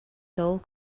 sole